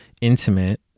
Intimate